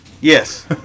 Yes